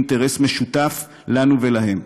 היא אינטרס משותף לנו ולהן.